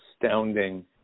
astounding